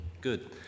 Good